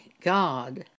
God